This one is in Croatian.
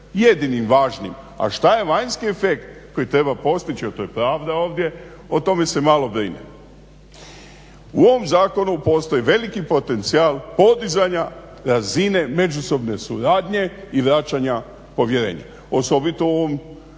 jedinim važnim a šta je vanjski efekt koji treba postići a to je pravda ovdje o tome se malo brine. U ovom zakonu postoji veliki potencijal podizanja razine međusobne suradnje i vraćanja povjerenja, osobito u ovom članku